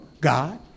God